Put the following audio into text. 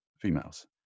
females